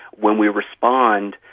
when we respond,